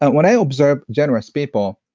ah when i observe generous people,